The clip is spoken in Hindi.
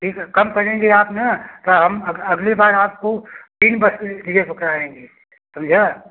ठीक है कम करेंगे आप ना तो हम अगली बार आपको तीन बस के लिए बुक कराएँगे समझे आप